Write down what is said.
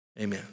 amen